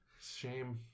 shame